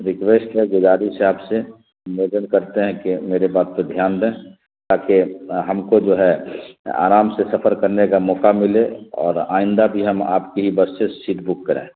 request ہے گزارش ہے آپ سے نویدن کرتے ہیں کہ میرے بات کو دھیان دیں تاکہ ہم کو جو ہے آرام سے سفر کرنے کا موقع ملے اور آئندہ بھی ہم آپ کی ہی بس سے سیٹ بک کریں